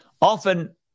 often